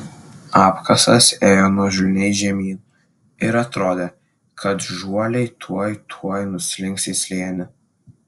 apkasas ėjo nuožulniai žemyn ir atrodė kad žuoliai tuoj tuoj nuslinks į slėnį